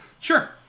Sure